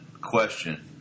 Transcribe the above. question